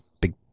big